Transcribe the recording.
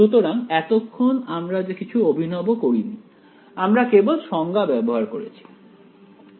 সুতরাং এতক্ষণ আমরা কিছু অভিনব করিনি আমরা কেবল সংজ্ঞা ব্যবহার করেছি